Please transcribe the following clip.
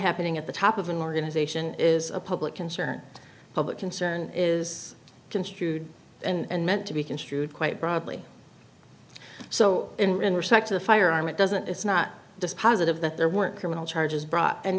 happening at the top of an organization is a public concern public concern is construed and meant to be construed quite broadly so in respect to firearm it doesn't it's not dispositive that there weren't criminal charges brought and